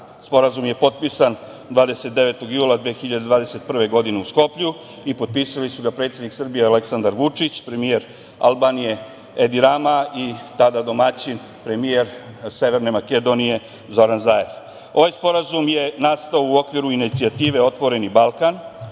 Sporazum je potpisan 29. jula 2021. godine u Skoplju i potpisali su ga predsednik Srbije Aleksandar Vučić, premijer Albanije Edi Rama i tada domaćin premijer Severne Makedonije Zoran Zaev. Ovaj sporazum je nastao u okviru inicijative „Otvoreni Balkan“,